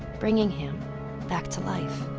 bringing him back to life.